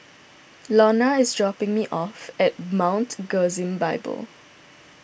Lonna is dropping me off at Mount Gerizim Bible